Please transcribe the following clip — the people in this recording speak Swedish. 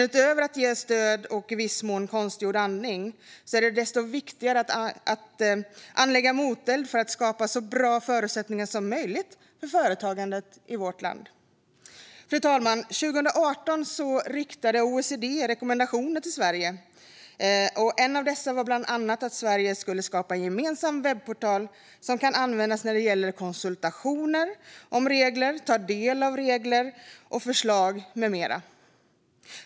Utöver att ge stöd och i viss mån konstgjord andning är det därför desto viktigare att anlägga moteld för att skapa så bra förutsättningar som möjligt för företagandet i vårt land. Fru talman! År 2018 riktade OECD rekommendationer till Sverige. En av dessa var att Sverige skulle skapa en gemensam webbportal som kan användas när det gäller konsultationer om regler, att ta del av regler och förslag med mera.